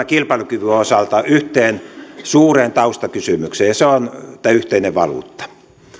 kilpailukyvyn osalta yhteen suureen taustakysymykseen ja se on tämä yhteinen valuutta